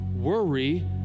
Worry